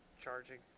charging